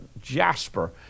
jasper